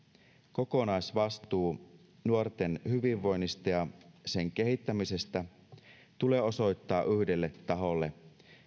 kokonaisvastuu nuorten hyvinvoinnista ja sen kehittämisestä tulee osoittaa yhdelle taholle